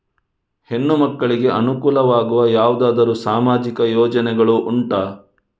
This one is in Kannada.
ಹೆಣ್ಣು ಮಕ್ಕಳಿಗೆ ಅನುಕೂಲವಾಗುವ ಯಾವುದಾದರೂ ಸಾಮಾಜಿಕ ಯೋಜನೆಗಳು ಉಂಟಾ?